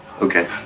okay